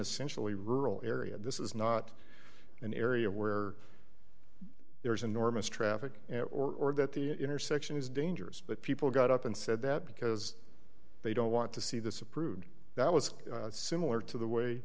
essentially rural area this is not an area where there is enormous traffic or that the intersection is dangerous but people got up and said that because they don't want to see this approved that was similar to the way